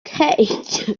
cage